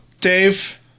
dave